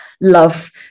love